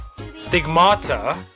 Stigmata